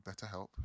betterhelp